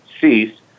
cease